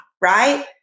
right